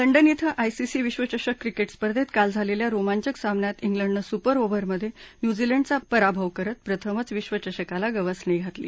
London इथं ICC विश्वचषक क्रिक्टिस्पर्धेत काल झालल्या रोमांचक सामन्यात इंग्लडनं सुपर ओव्हरमधन्यूझीलंडचा पराभव करत प्रथमच विधचषकाला गवसणी घातली